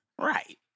Right